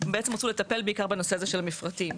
רצו לטפל בעיקר בנושא המפרטים.